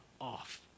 off